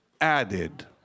added